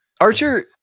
Archer